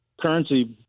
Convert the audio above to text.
currency